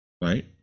right